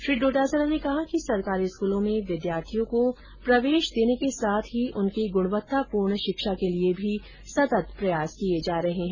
श्री डोटासरा ने कहा कि सरकारी स्कूलों में विद्यार्थियों को प्रवेश देने के साथ ही उनकी गुणवत्तापूर्ण शिक्षा के लिए भी सतत प्रयास किए जा रहे हैं